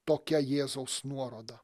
tokia jėzaus nuoroda